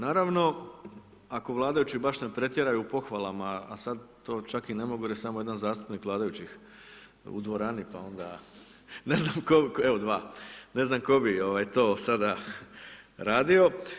Naravno ako vladajući baš ne pretjeraju u pohvalama, a sad to čak i ne mogu jer je samo jedan zastupnik vladajućih u dvorani, pa onda ne znam, evo 2 ne znam ko bi ovaj to sada radio.